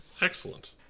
Excellent